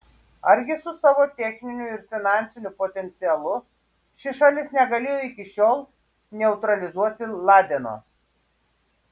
argi su savo techniniu ir finansiniu potencialu ši šalis negalėjo iki šiol neutralizuoti ladeno